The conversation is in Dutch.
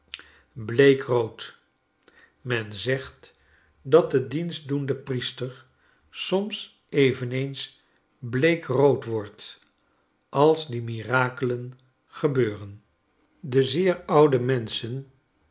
bleekrood men zegt dat de dienstdoende priester soms eveneens bleekrood wordt als die mirakelen gebeuren een vluchtig diorama de zeer oude menschen